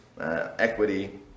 equity